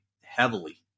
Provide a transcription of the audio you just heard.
heavily